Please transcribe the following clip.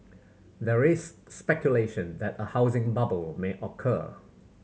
there is speculation that a housing bubble may occur